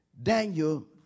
Daniel